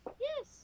Yes